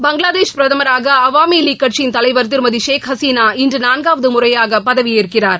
பங்களாதேஷ் பிரதமராக அவாமி லீக் கட்சியிள் தலைவர் திருமதி ஷேக் ஹசினா இன்று நான்காவது முறையாக பதவியேற்கிறார்